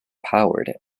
powered